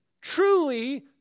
truly